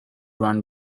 run